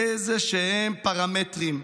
איזשהם פרמטרים.